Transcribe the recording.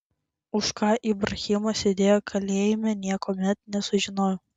už ką ibrahimas sėdėjo kalėjime niekuomet nesužinojau